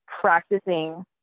practicing